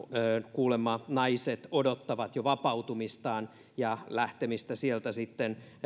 kuulemma naiset odottavat jo vapautumistaan ja lähtemistä sieltä sitten